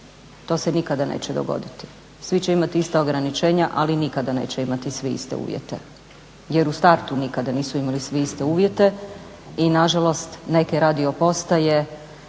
To se nikada neće dogoditi. Svi će imati ograničenja ali nikada neće imati svi iste uvjete jer u startu nikada nisu imali svi iste uvjete. I nažalost neke radiopostaje